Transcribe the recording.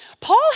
Paul